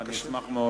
ואני אשמח מאוד,